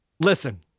Listen